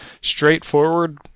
straightforward